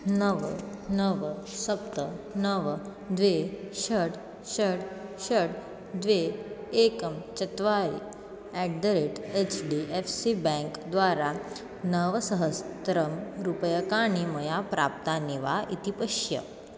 नव नव सप्त नव द्वे षट् षट् षट् द्वे एकं चत्वारि at the rate H D F C bank द्वारा नवसहस्रं रूप्यकाणि मया प्राप्तानि वा इति पश्य